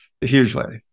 hugely